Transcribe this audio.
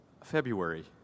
February